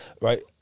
right